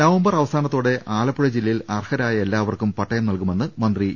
November അവസാനത്തോടെ ആലപ്പുഴ ജില്ലയിൽ അർഹരായ എല്ലാവർക്കും പട്ടയം നൽകുമെന്ന് മന്ത്രി ഇ